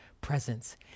presence